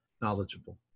knowledgeable